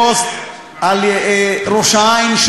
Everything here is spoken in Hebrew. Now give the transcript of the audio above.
פוסט על ראש-העין,